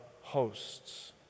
hosts